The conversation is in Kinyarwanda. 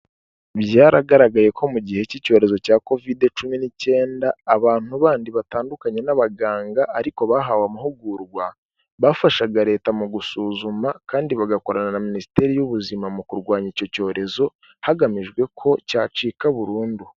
Byaragaragaye ko mu gihe cy'icyorezo cya Covid cumi n'icyenda abantu bandi batandukanye n'abaganga ariko bahawe amahugurwa, bafashaga Leta mu gusuzuma kandi bagakorana na Minisiteri y'ubuzima mu kurwanya icyo cyorezo hagamijwe ko cyacika burundu.